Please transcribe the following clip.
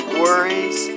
worries